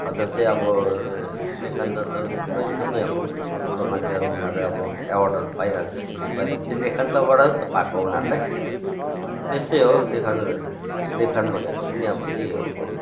जस्तै अब लेखन्त र छ थुप्रै छ नि अब ठुल्ठुलो मान्छेहरू उनीहरू अब एवार्डहरू पाइरहन्छ के के पाइरहन्छ त्यो लेखान्तबाटै त पाएको हो उनीहरूले त्यस्तै हो लेखन लेखन भनेको पनि अब त्यही हो अब